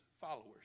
followers